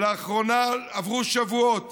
לאחרונה עברו שבועות